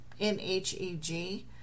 NHEG